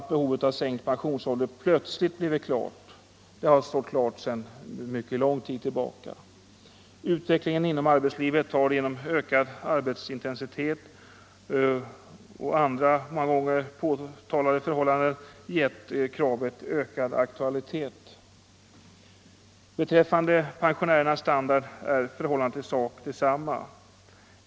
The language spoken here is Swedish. Behovet av en sänkt pensionsålder har inte blivit klart plötsligt — det har varit uppenbart mycket länge. Utvecklingen inom arbetslivet har genom ökad arbetsintensitet och andra många gånger påtalade förhållanden givit kravet större aktualitet. Beträffande pensionärernas standard är förhållandet i sak detsamma.